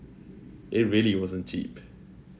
it really wasn't cheap